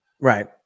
right